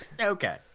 okay